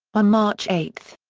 on march eight.